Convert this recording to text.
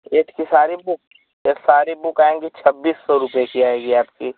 eighth की सारी book तो सारी बुक आएंगी छब्बीस सौ रुपये की आएंगी आपकी